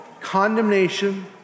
condemnation